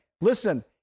listen